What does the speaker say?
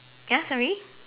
ya sorry